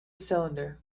cylinder